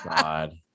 god